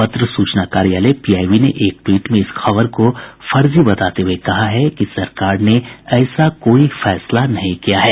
पत्र सूचना कार्यालय पीआईबी ने एक ट्वीट में इस खबर को फर्जी बताते हुये कहा कि सरकार ने ऐसा कोई फैसला नहीं किया है